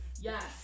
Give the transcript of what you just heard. Yes